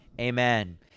Amen